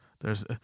theres